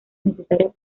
necesarias